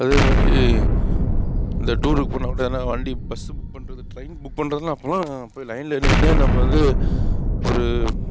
அதே மாதிரி இந்த டூருக்கு போகணுன்னாக்கூட யார்னா வண்டி பஸ் புக் பண்ணுறது ட்ரெயின் புக் பண்ணுறது அப்போலாம் போய் லைனில் நின்று நம்ம வந்து ஒரு